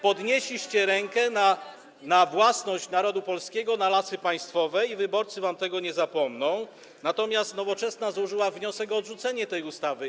Podnieśliście rękę na własność narodu polskiego, na Lasy Państwowe, i wyborcy wam tego nie zapomną, natomiast Nowoczesna złożyła wniosek o odrzucenie tej ustawy.